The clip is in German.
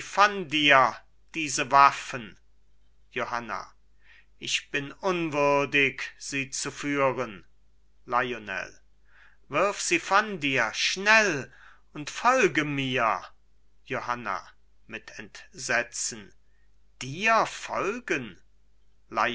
dir diese waffen johanna ich bin unwürdig sie zu führen lionel wirf sie von dir schnell und folge mir johanna mit entsetzen dir folgen